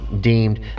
deemed